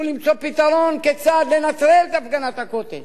למצוא פתרון כיצד לנטרל את הפגנת ה"קוטג'".